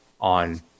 on